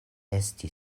esti